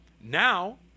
Now